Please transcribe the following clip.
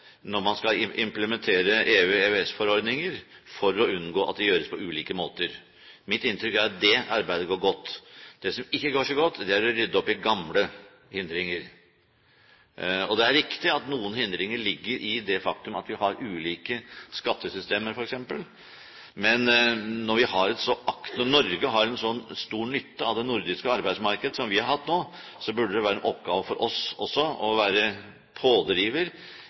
når man skal implementere EU/EØS-forordninger, for å unngå at det gjøres på ulike måter. Mitt inntrykk er at det arbeidet går godt. Det som ikke går så godt, er arbeidet med å rydde opp i gamle hindringer. Det er riktig at noen hindringer ligger i det faktum at vi har ulike skattesystemer, f.eks., men når Norge har en så stor nytte av det nordiske arbeidsmarkedet som vi har hatt nå, burde det være en oppgave for oss også å være en pådriver